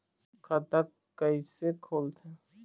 खाता कइसे खोलथें?